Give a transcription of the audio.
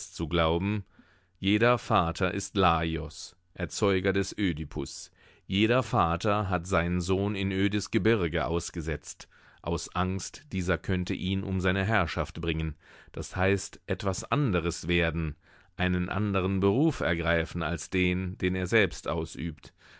zu glauben jeder vater ist laos erzeuger des ödipus jeder vater hat seinen sohn in ödes gebirge ausgesetzt aus angst dieser könnte ihn um seine herrschaft bringen d h etwas anderes werden einen anderen beruf ergreifen als den den er selbst ausübt